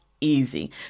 easy